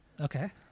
Okay